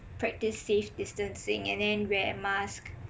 practice safe distancing and then wear mask